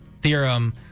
theorem